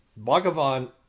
Bhagavan